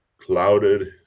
clouded